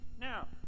Now